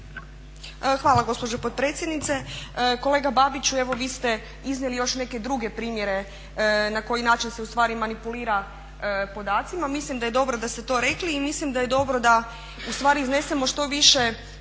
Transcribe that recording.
Hvala gospođo potpredsjednice. Kolega Babiću, evo vi ste iznijeli još neke druge primjere na koji način se ustvari manipulira podacima, mislim da je dobro da ste to rekli. I mislim da je dobro da ustvari iznesemo što više